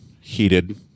heated